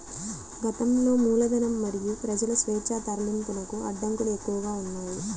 గతంలో మూలధనం మరియు ప్రజల స్వేచ్ఛా తరలింపునకు అడ్డంకులు ఎక్కువగా ఉన్నాయి